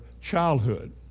childhood